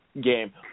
game